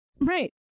Right